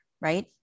right